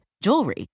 jewelry